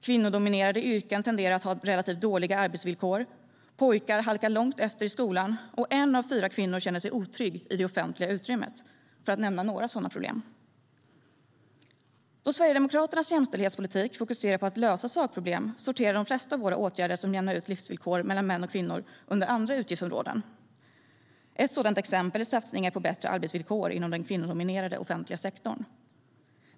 Kvinnodominerade yrken tenderar att ha relativt dåliga arbetsvillkor, pojkar halkar långt efter i skolan och en av fyra kvinnor känner sig otrygg i det offentliga utrymmet - för att nämna några sådana problem. Sverigedemokraternas jämställdhetspolitik fokuserar på att lösa sakproblem. Därför sorterar de flesta av våra åtgärder som jämnar ut livsvillkor mellan män och kvinnor under andra utgiftsområden. Ett sådant exempel är satsningar på bättre arbetsvillkor inom den kvinnodominerade offentliga sektorn.